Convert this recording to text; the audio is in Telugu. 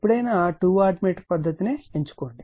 కాబట్టి ఎప్పుడైనా 2 వాట్ మీటర్ పద్ధతికి ఎంచుకోండి